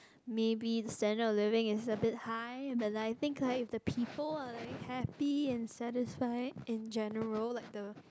maybe standard of living is a bit high but I think like the people are like happy and satisfied in general like the